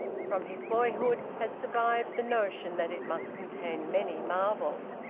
from his boyhood had survived the notion that it must contain many marvels.